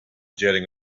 jetting